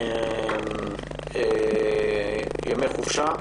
וימי חופשה.